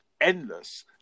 Endless